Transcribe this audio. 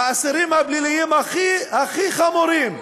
האסירים הפליליים הכי הכי חמורים,